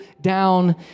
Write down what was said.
down